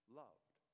loved